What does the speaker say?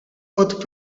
pot